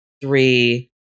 three